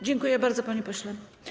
Dziękuję bardzo, panie pośle.